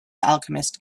alchemist